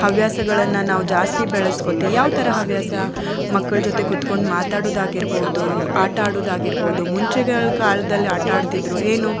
ಹವ್ಯಾಸಗಳನ್ನು ನಾವು ಜಾಸ್ತಿ ಬೆಳೆಸ್ಕೋತಿ ಯಾವ ಥರ ಹವ್ಯಾಸ ಮಕ್ಕಳ ಜೊತೆ ಕುತ್ಕೊಂಡು ಮಾತಾಡೋದಾಗಿರ್ಬೋದು ಆಟಾಡೋದಾಗಿರ್ಬೋದು ಮುಂಚೆಗಳ ಕಾಲದಲ್ಲಿ ಆಟಾಡ್ತಿದ್ದರು ಏನು